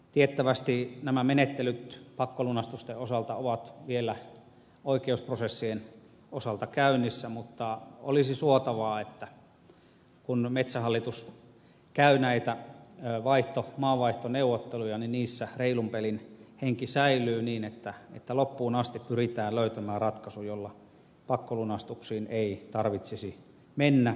tiettävästi nämä menettelyt pakkolunastusten osalta ovat vielä oikeusprosessien osalta käynnissä mutta olisi suotavaa että kun metsähallitus käy näitä maanvaihtoneuvotteluja niin niissä reilun pelin henki säilyy niin että loppuun asti pyritään löytämään ratkaisu jolla pakkolunastuksiin ei tarvitsisi mennä